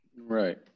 Right